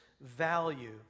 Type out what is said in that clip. value